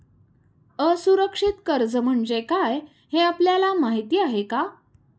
असुरक्षित कर्ज म्हणजे काय हे आपल्याला माहिती आहे का?